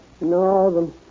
No